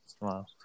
Wow